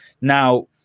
Now